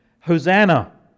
Hosanna